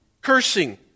cursing